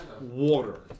Water